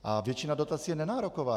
A většina dotací je nenároková.